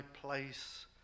place